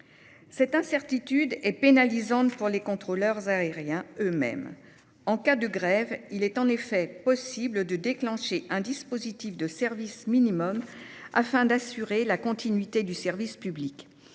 Cette incertitude est en outre pénalisante pour les contrôleurs aériens eux-mêmes. En cas de grève, il est en effet possible de déclencher un dispositif de service minimum, afin d'assurer la continuité du service public